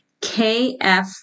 KF